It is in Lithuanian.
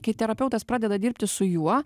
kai terapeutas pradeda dirbti su juo